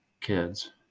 kids